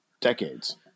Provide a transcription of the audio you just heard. decades